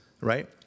right